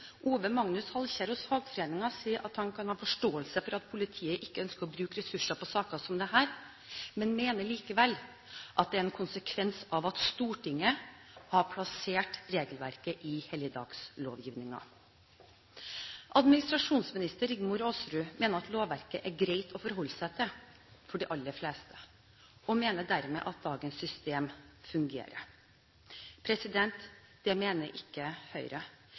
Magnus Halkjær hos fagforeningen sier at han kan ha forståelse for at politiet ikke ønsker å bruke ressurser på saker som dette, men mener likevel at det er en konsekvens av at Stortinget har plassert regelverket i helligdagslovgivningen. Administrasjonsminister Rigmor Aasrud mener at lovverket er greit å forholde seg til for de aller fleste, og mener dermed at dagens system fungerer. Det mener ikke Høyre.